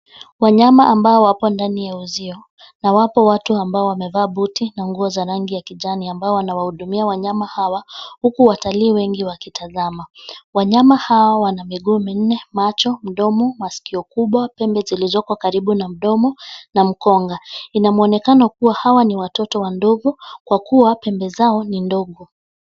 Wanyama ambao wapo ndani ya uzio na wapo watu ambao wamevaa buti na nguo za rangi ya kijani ambao wanawahudumia wanyama hawa, huku watalii wengi wakitazama. Wanyama hao wana miguu minne, macho, mdomo, masikio kubwa, pembe zilizoko karibu na mdomo na mkonga. Ina mwonekano kuwa hawa ni watoto wa ndovu kwa kuwa pembe zao ni ndogo.